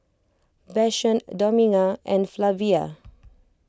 Vashon Dominga and Flavia